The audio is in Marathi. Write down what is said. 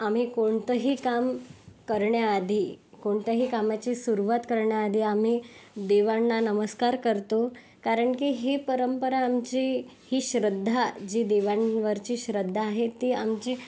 आम्ही कोणतंही काम करण्याआधी कोणत्याही कामाची सुरुवात करण्याआधी आम्ही देवांना नमस्कार करतो कारण की ही परंपरा आमची ही श्रद्धा जी देवांवरची श्रद्धा आहे ती आमची